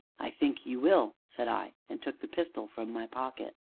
i think you will, said i, and took the pistol from my pocket.